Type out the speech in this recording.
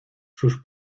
sus